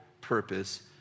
purpose